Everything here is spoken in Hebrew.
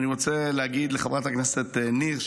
אני רוצה להגיד לחברת הכנסת ניר,